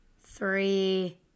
three